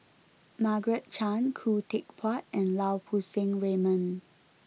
Margaret Chan Khoo Teck Puat and Lau Poo Seng Raymond